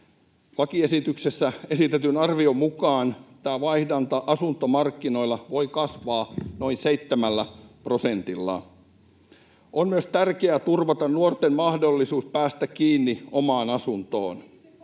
Lakiesityksessä esitetyn arvion mukaan vaihdanta asuntomarkkinoilla voi kasvaa noin seitsemällä prosentilla. On myös tärkeää turvata nuorten mahdollisuus päästä kiinni omaan asuntoon.